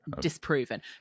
disproven